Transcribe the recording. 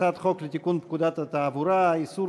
הצעת חוק לתיקון פקודת התעבורה (איסור